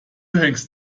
hängst